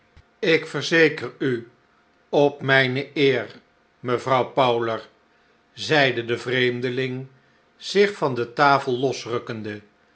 ik verzeker u op mijne eer mevrouw powler zeide de vreemdeling zich van de tafel losrukkende